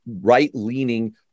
right-leaning